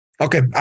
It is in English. Okay